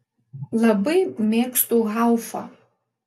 labai mėgstu haufą